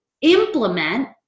implement